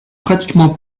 pratiquement